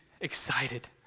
excited